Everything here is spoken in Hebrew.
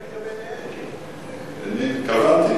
חבר הכנסת